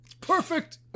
perfect